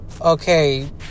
okay